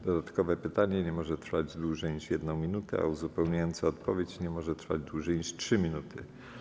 Dodatkowe pytanie nie może trwać dłużej niż 1 minutę, a uzupełniająca odpowiedź nie może trwać dłużej niż 3 minuty.